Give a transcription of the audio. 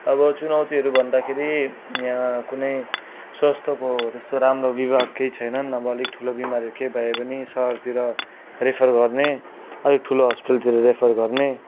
अब चुनौतीहरू भन्दाखेरि यहाँ कुनै स्वास्थको त्यस्तो राम्रो विभाग केइ छैनन् अब अलिक ठुलो विमारहरू केही भयो भने शहरतिर रेफर गर्ने अलिक ठुलो हस्पिटलतिर रेफर गर्ने